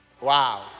Wow